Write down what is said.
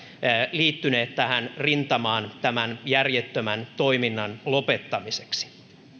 liittyneet tähän rintamaan tämän järjettömän toiminnan lopettamiseksi